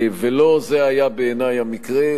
ולא זה היה בעיני המקרה.